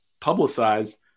publicized